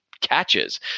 catches